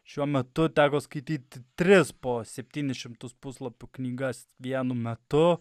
šiuo metu teko skaityti tris po septynis šimtus puslapių knygas vienu metu